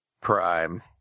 prime